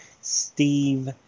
Steve